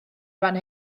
fan